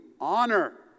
honor